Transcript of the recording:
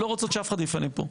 לא רוצות שאף אחד יפנה פה.